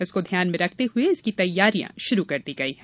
इसको ध्यान में रखते हए इसकी तैयारियां शुरू कर दी गयी हैं